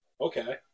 Okay